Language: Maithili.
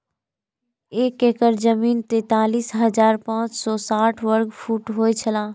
एक एकड़ जमीन तैंतालीस हजार पांच सौ साठ वर्ग फुट होय छला